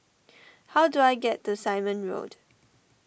how do I get to Simon Road